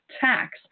Tax